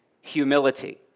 humility